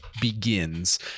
begins